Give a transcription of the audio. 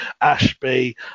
Ashby